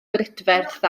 brydferth